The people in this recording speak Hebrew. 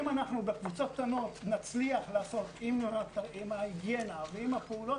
אם אנחנו בקבוצות קטנות נצליח לעשות עם ההיגיינה ועם הפעולות,